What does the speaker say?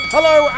Hello